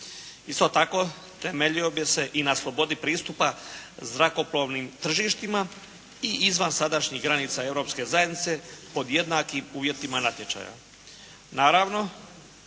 Isto tako, temeljio bi se i na slobodi pristupa zrakoplovnim tržištima i izvan sadašnjih granica Europske zajednice pod jednakim uvjetima natječaja.